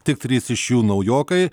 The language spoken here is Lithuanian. tik trys iš jų naujokai